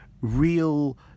real